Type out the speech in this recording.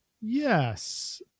yes